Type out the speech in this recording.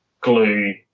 glue